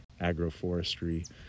agroforestry